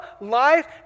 life